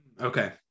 Okay